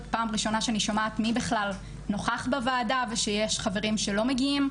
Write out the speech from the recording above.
פעם ראשונה שאני שומעת מי בכלל נוכח בוועדה ושיש חברים שלא מגיעים.